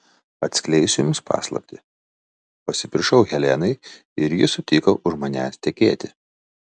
atskleisiu jums paslaptį pasipiršau helenai ir ji sutiko už manęs tekėti